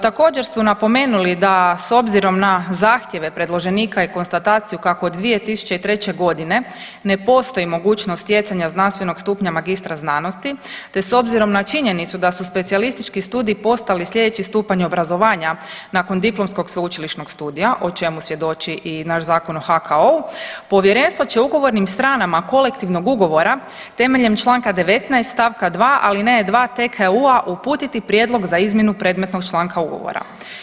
Također su napomenuli da s obzirom na zahtjeve predloženika i konstataciju kako od 2003. godine ne postoji mogućnost stjecanja znanstvenog stupnja magistra znanosti te s obzirom na činjenicu da su specijalistički studiji postali slijedeći stupanj obrazovanja nakon diplomskog sveučilišnog studija o čemu svjedoči i naš zakon o HKO-u povjerenstvo će ugovornim stranama kolektivnog ugovora temeljem Članka 19. stavka 2. alineje 2. TKU-a uputiti prijedlog za izmjenu predmetnog članka ugovora.